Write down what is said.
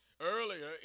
Earlier